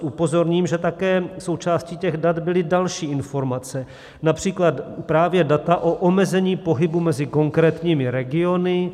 Upozorním, že také součástí těch dat byly další informace, například právě data o omezení pohybu mezi konkrétními regiony.